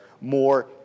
more